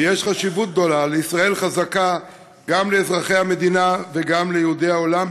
ויש חשיבות גדולה לישראל חזקה גם לאזרחי המדינה וגם ליהודי העולם,